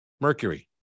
Mercury